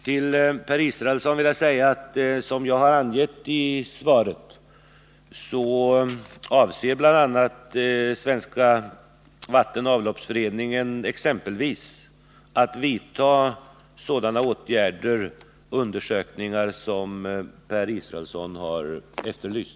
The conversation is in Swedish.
Till Per Israelsson vill jag säga att som jag har angett i svaret avser Svenska vattenoch avloppsverksföreningen bl.a. att vidta sådana åtgärder och undersökningar som Per Israelsson har efterlyst.